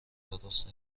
درست